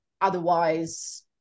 Otherwise